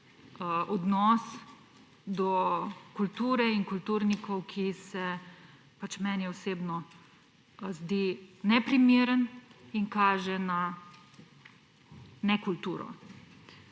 odnos do kulture in kulturnikov, ki se meni osebno zdi neprimeren in kaže na nekulturo.